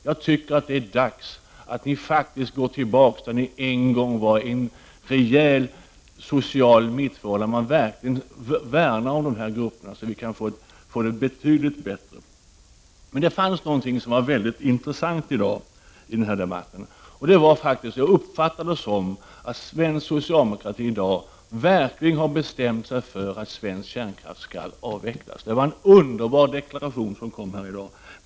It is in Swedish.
Jag tycker att det är dags för er att gå tillbaka till det ni en gång var, då ni verkligen värnade om de här grupperna. På det sättet kan vi få det betydligt bättre. En sak har visat sig vara väldigt intressant i dagens debatt och det är faktiskt, som jag uppfattat det, att socialdemokraterna i dag verkligen har bestämt sig för att kärnkraften i Sverige skall avvecklas. Det var en underbar deklaration här i dag.